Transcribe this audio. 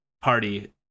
Party